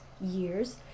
years